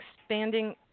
expanding